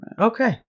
Okay